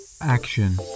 Action